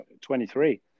23